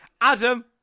Adam